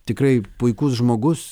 tikrai puikus žmogus